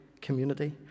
community